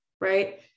right